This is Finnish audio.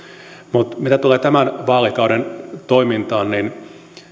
mutta mitä tulee tämän vaalikauden toimintaan niin